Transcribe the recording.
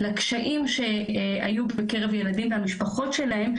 לקשיים שהיו בקרב ילדים והמשפחות שלהם,